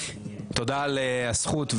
תודה על הזכות,